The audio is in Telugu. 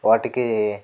వాటికి